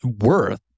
worth